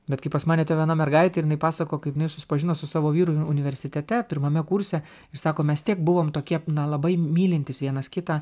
bet kai pas mane atėjo viena mergaitė ir jinai pasakojo kaip jinai susipažino su savo vyru universitete pirmame kurse ir sako mes tiek buvom tokie na labai mylintys vienas kitą